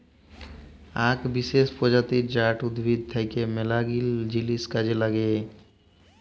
আক বিসেস প্রজাতি জাট উদ্ভিদ থাক্যে মেলাগিলা জিনিস কাজে লাগে